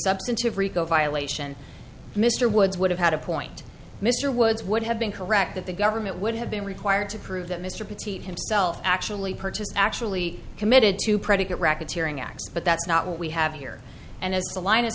substantive rico violation mr woods would have had a point mr woods would have been correct that the government would have been required to prove that mr petite himself actually purchased actually committed to predicate racketeering acts but that's not what we have here and as the line